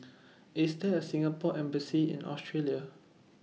IS There A Singapore Embassy in Australia